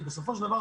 כי בסופו של דבר,